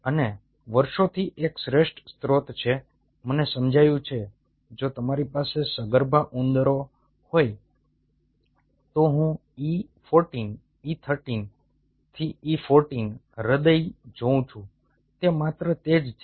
અને વર્ષોથી એક શ્રેષ્ઠ સ્રોત જે મને સમજાયું છે જો તમારી પાસે સગર્ભા ઉંદરો હોય તો હું E 14 E 13 થી E 14 હૃદય જોઉં છું તે માત્ર તે જ છે